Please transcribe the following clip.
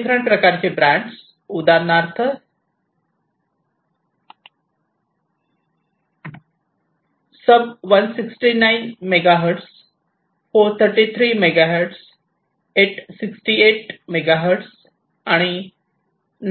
different प्रकारचे band उदाहरणार्थ sub 169 megahertz 433 megahertz 868 megahertz आणि